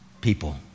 people